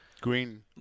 Green